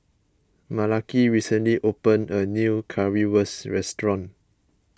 Malaki recently opened a new Currywurst restaurant